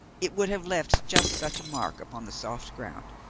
it would have left just such a mark upon the soft ground.